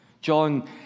John